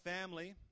family